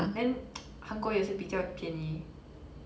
then 韩国也是比较便宜